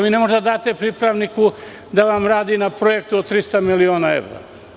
Vi ne možete da date pripravniku da vam radi na projektu od 300 miliona evra.